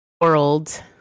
world